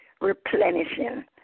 replenishing